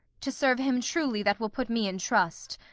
to serve him truly that will put me in trust,